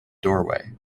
doorway